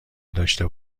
داشته